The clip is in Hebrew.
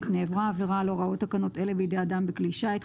נעברה עבירה על הוראות תקנות אלה בידי אדם בכלי שיט,